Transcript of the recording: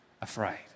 afraid